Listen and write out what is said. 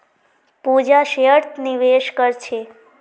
पूजा शेयरत निवेश कर छे